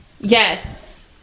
yes